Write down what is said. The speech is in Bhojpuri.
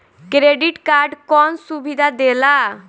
क्रेडिट कार्ड कौन सुबिधा देला?